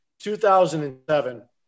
2007